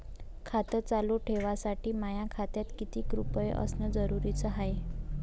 खातं चालू ठेवासाठी माया खात्यात कितीक रुपये असनं जरुरीच हाय?